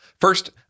First